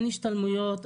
אין השתלמויות,